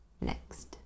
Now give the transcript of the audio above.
Next